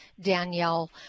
Danielle